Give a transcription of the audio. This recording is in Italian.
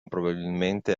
probabilmente